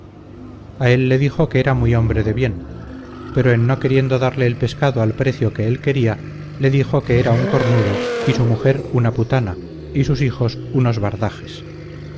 a él le dijo que era muy hombre de bien pero en no queriendo darle el pescado al precio que él quería le dijo que era un cornudo y su mujer una putana y sus hijos unos bardajes